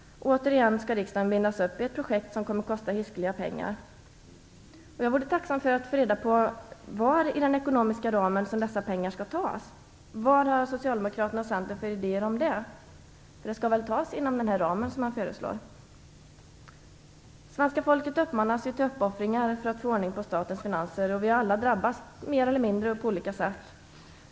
Återigen skall riksdagen bindas upp i ett projekt som kommer att kosta hiskligt mycket pengar. Jag vore tacksam om jag kunde få reda på var inom den ekonomiska ramen som dessa pengar skall tas. Vilka idéer har Socialdemokraterna och Centern om det? Pengarna skall väl tas inom den ram som föreslås? Svenska folket uppmanas till uppoffringar för att vi skall få ordning på statens finanser. Alla drabbas vi mer eller mindre och på olika sätt.